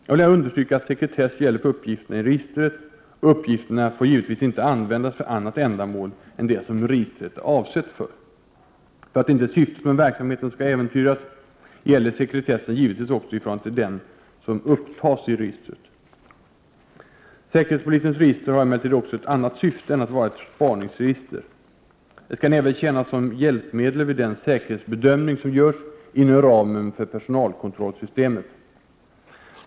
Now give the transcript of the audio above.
Jag vill här understryka att sekretess gäller för uppgifterna i registret, och uppgifterna får givetvis inte användas för annat ändamål än det som registret är avsett för. För att inte syftet med verksamheten skall äventyras gäller sekretessen givetvis också i förhållande till den som upptas i registret. Säkerhetspolisens register har emellertid också ett annat syfte än att vara ett spaningsregister. Det skall även tjäna som hjälpmedel vid den säkerhetsbedömning som görs inom ramen för personalkontrollsystemet.